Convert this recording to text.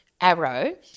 Arrow